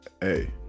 Hey